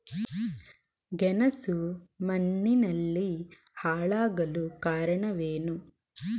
ಗೆಣಸು ಮಣ್ಣಿನಲ್ಲಿ ಹಾಳಾಗಲು ಕಾರಣವೇನು?